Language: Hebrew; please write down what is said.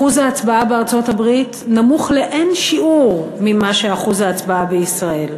אחוז ההצבעה בארצות-הברית נמוך לאין שיעור מאחוז ההצבעה בישראל.